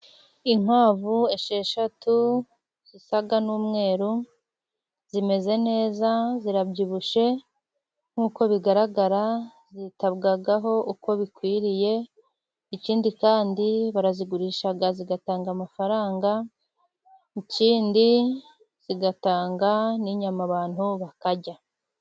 Inkwavu esheshatu zisa n'umweru, zimeze neza, zirabyibushye nk'uko bigaragara zitabwaho uko bikwiriye, ikindi kandi barazigurisha zigatanga amafaranga, ikindi zigatanga n'inyama abantu bakarya.